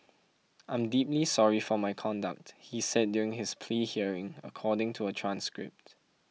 I am deeply sorry for my conduct he said during his plea hearing according to a transcript